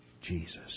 Jesus